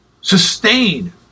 sustain